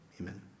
amen